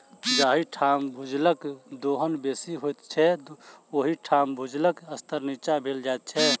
जाहि ठाम भूजलक दोहन बेसी होइत छै, ओहि ठाम भूजलक स्तर नीचाँ भेल जाइत छै